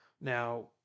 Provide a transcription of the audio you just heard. Now